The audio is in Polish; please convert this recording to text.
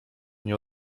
nie